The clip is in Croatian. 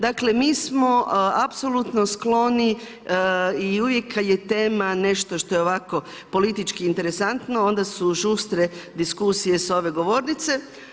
Dakle mi smo apsolutno skloni i uvijek kad je tema nešto što je ovako politički interesantno, onda su žustre diskusije sa ove govornice.